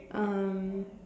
um